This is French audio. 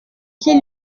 qu’il